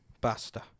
Basta